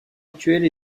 actuelle